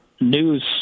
News